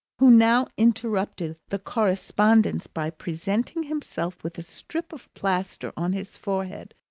who now interrupted the correspondence by presenting himself, with a strip of plaster on his forehead,